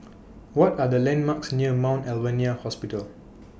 What Are The landmarks near Mount Alvernia Hospital